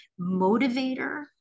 motivator